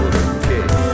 okay